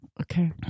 Okay